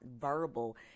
verbal